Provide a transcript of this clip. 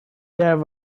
there